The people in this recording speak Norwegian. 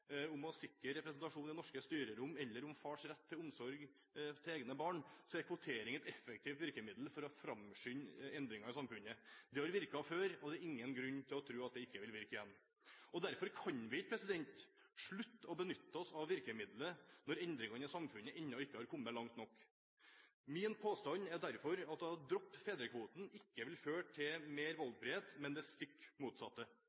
om å sikre representasjon i norske styrerom, eller om fars rett til omsorg for egne barn – er at kvotering er et effektivt virkemiddel for å framskynde endringer i samfunnet. Det har virket før, og det er ingen grunn til å tro at det ikke vil virke igjen. Derfor kan vi ikke slutte å benytte oss av virkemidlet, når innbyggerne i samfunnet ennå ikke har kommet langt nok. Min påstand er derfor at å droppe fedrekvoten ikke vil føre til mer valgfrihet, men til det stikk motsatte.